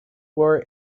war